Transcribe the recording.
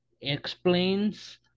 explains